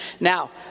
Now